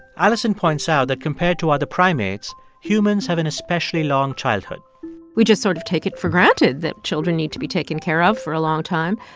alison points out that compared to other primates, humans have an especially long childhood we just sort of take it for granted that children need to be taken care of for a long time.